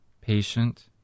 patient